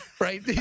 right